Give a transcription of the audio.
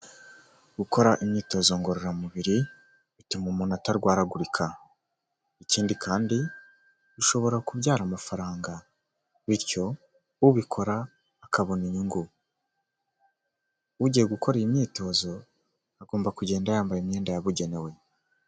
Gukora imyitozo ngororamubiri bituma umuntu atarwaragurika, ikindi kandi bishobora kubyara amafaranga bityo ubikora akabona inyungu, ugiye gukora iyi myitozo, agomba kugenda yambaye imyenda yabugenewe.